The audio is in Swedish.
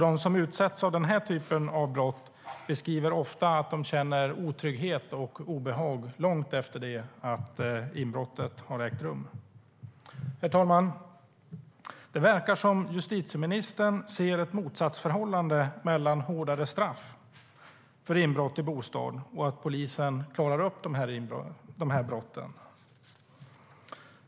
De som utsätts för den här typen av brott beskriver ofta att de känner otrygghet och obehag långt efter det att inbrottet har ägt rum. Herr talman! Det verkar som att justitieministern ser ett motsatsförhållande mellan hårdare straff för inbrott i bostad och att polisen klarar upp de brotten.